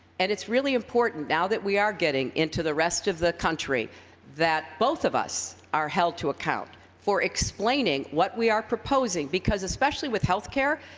and it's really important now that we are getting into the rest of the country that both of us are held to account for explaining what we are proposing because, especially with healthcare,